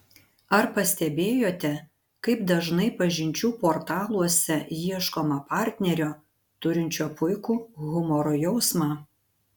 ar pastebėjote kaip dažnai pažinčių portaluose ieškoma partnerio turinčio puikų humoro jausmą